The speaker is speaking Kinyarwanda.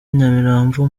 nyamirambo